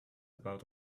about